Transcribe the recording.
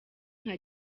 nka